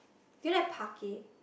do you like parquet